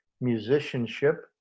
musicianship